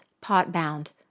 pot-bound